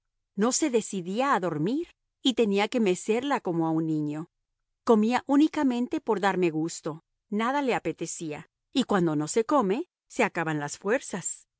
no se decidía a dormir y tenía que mecerla como a un niño comía únicamente por darme gusto nada le apetecía y cuando no se come se acaban las fuerzas